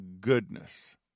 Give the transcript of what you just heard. goodness